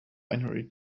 binary